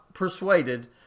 Persuaded